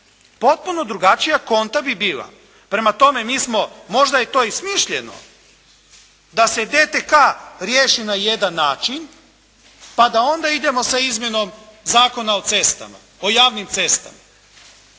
Potpuno drugačija konta bi bila. Prema tome mi smo, možda je to i smišljeno da se DTK riješi na jedan način pa da onda idemo sa izmjenom Zakona o cestama, o javnim cestama.